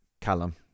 Callum